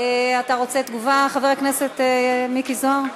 אתה רוצה תגובה, חבר הכנסת מיקי זוהר?